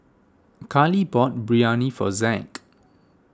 Khalil bought Biryani for Zack